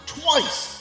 twice